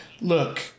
Look